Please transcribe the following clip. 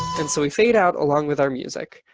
and so we fade out along with our music.